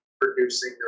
producing